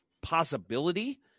possibility